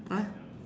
!huh!